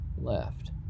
left